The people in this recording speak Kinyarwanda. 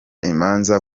imanza